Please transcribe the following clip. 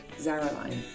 ZaraLine